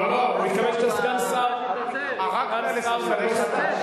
אני שוקל להיפגע.